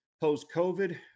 Post-COVID